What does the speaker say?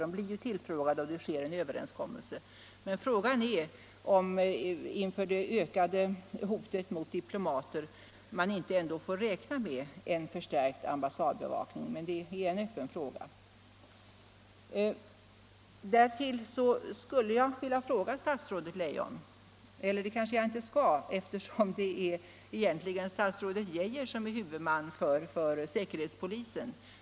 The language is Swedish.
De blir ju tillfrågade och en överenskommelse träffas. Frågan Tisdagen den är om man inte ändå inför det ökade hotet mot diplomaterna måste 13 maj 1975 räkna med en förstärkt ambassadbevakning, men det är en öppen fråga. = Jag hade tänkt ställa en fråga till statsrådet Leijon, men det kanske = Fortsatt giltighet av jag inte skall göra eftersom det är statsrådet Geijer som är huvudman = dens.k. terroristlaför säkerhetspolisen.